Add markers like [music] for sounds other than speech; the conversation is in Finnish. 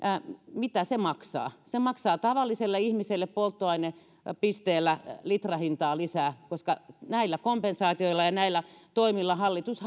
mitä se maksaa se maksaa tavalliselle ihmiselle polttoainepisteellä litrahintaa lisää koska näillä kompensaatioilla ja näillä toimilla hallitus [unintelligible]